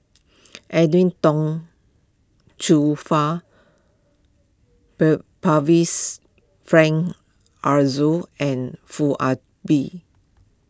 Edwin Tong Chun Fai Frank Aroozoo and Foo Ah Bee